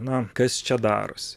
na kas čia darosi